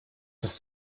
ist